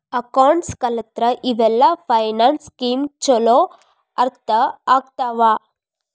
accounts ಕಲತ್ರ ಇವೆಲ್ಲ finance scheme ಚೊಲೋ ಅರ್ಥ ಆಗ್ತವಾ